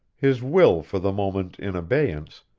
his will for the moment in abeyance,